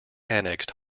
annexed